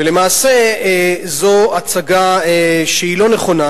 ולמעשה זו הצגה שהיא לא נכונה,